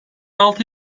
altı